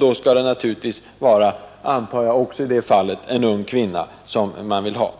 Jag antar att i det fallet är det också en ung kvinna man vill ha.